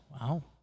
Wow